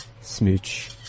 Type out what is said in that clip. smooch